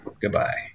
Goodbye